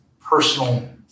personal